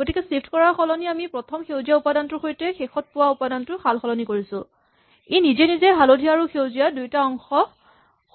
গতিকে চিফ্ট কৰাৰ সলনি আমি প্ৰথম সেউজীয়া উপাদানটোৰ সৈতে শেষত পোৱা উপাদানটো সালসলনি কৰিছো ই নিজে নিজেই হালধীয়া আৰু সেউজীয়া দুয়োটা অংশই